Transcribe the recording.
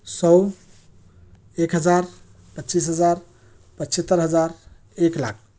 سو ایک ہزار پچیس ہزار پچھتر ہزار ایک لاکھ